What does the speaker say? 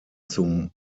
zum